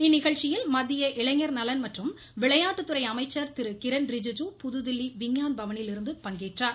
இந்நிகழ்ச்சியில் மத்திய இளைஞர் நலன் மற்றும் விளையாட்டுத்துறை அமைச்சர் திரு கிரன் ரிஜுஜு புதுதில்லி விஞ்ஞான் பவனிலிருந்து பங்கேற்றுள்ளார்